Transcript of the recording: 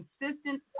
consistent